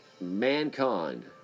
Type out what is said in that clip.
mankind